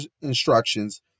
instructions